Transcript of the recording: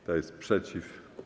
Kto jest przeciw?